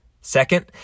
Second